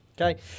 Okay